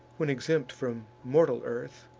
when exempt from mortal earth,